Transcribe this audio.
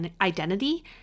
identity